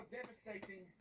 devastating